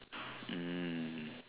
mm